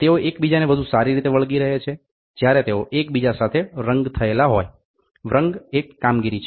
તેઓ એકબીજાને વધુ સારી રીતે વળગી રહે છે જ્યારે તેઓ એકબીજા સાથે વ્રંગ થયેલા હોય વ્રંગ એક કામગીરી છે